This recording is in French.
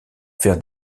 faire